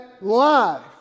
life